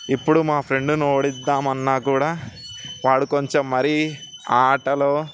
ఇప్పుడు మా ఫ్రెండును ఓడిద్దామన్నా కూడా వాడు కొంచెం మరి ఆ ఆటలు